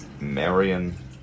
Marion